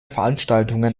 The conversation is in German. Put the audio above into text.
veranstaltungen